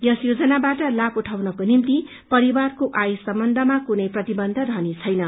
यस योजनाबाट लाभ उठाउनको निम्ति परिवारको आयको सम्बन्धमा कुनै प्रतिबन्ध रहने छैन